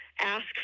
ask